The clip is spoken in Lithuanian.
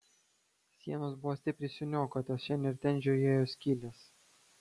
sienos buvo stipriai suniokotos šen ir ten žiojėjo skylės